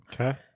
Okay